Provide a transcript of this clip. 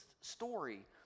story